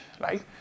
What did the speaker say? right